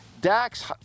Dax